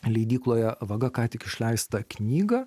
leidykloje vaga ką tik išleistą knygą